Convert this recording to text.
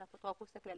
של האפוטרופוס הכללי.